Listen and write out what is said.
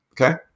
Okay